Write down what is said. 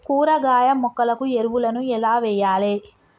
కూరగాయ మొక్కలకు ఎరువులను ఎలా వెయ్యాలే?